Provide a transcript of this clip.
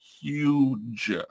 huge